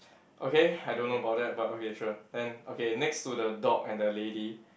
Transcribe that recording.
okay I don't know about that but okay sure then okay next to the dog and the lady